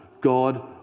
God